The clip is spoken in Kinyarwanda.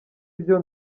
byo